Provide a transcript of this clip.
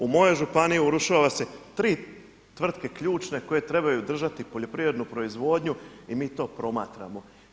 U mojoj županiji urušava se tri tvrtke ključne koje trebaju držati poljoprivrednu proizvodnju i mi to promatramo.